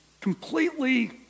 Completely